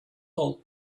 all